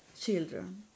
children